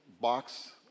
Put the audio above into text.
box